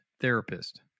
therapist